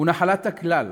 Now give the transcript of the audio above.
הוא נחלת הכלל.